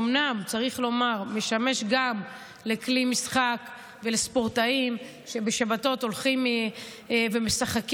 אומנם צריך לומר שמשמש גם כלי משחק ולספורטאים שבשבתות הולכים ומשחקים,